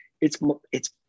It's—it's